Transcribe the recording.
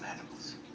animals